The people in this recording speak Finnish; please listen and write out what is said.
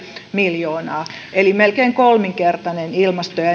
miljoonaa eli melkein kolminkertainen ilmasto ja